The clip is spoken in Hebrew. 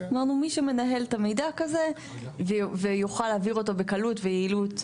אמרנו מי שמנהל את המידע כזה ויוכל להעביר אותו בקלות ויעילות - אדרבא.